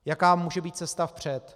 Jaká může být cesta vpřed?